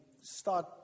start